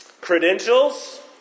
credentials